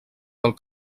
del